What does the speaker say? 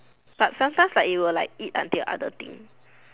but sometimes it will like eat until other thing